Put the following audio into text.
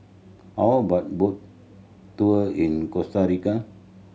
how about boat tour in Costa Rica